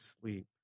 sleep